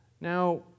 Now